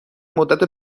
مدت